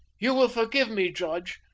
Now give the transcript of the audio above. you will forgive me, judge.